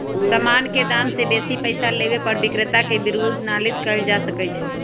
समान के दाम से बेशी पइसा लेबे पर विक्रेता के विरुद्ध नालिश कएल जा सकइ छइ